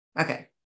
Okay